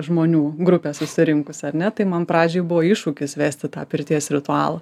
žmonių grupę susirinkusi ar ne tai man pradžioj buvo iššūkis vesti tą pirties ritualą